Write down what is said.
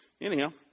Anyhow